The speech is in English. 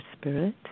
spirit